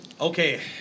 Okay